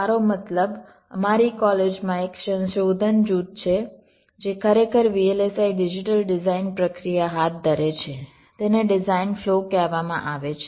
મારો મતલબ અમારી કૉલેજ માં એક સંશોધન જૂથ છે જે ખરેખર VLSI ડિજિટલ ડિઝાઇન પ્રક્રિયા હાથ ધરે છે તેને ડિઝાઇન ફ્લો કહેવામાં આવે છે